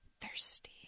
thirsty